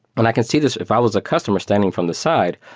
and i can see this if i was a customer standing from the side,